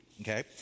Okay